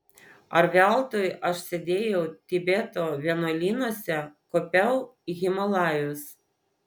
ar veltui aš sėdėjau tibeto vienuolynuose kopiau į himalajus